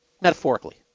metaphorically